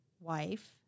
wife